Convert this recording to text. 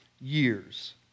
Years